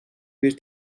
bir